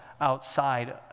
outside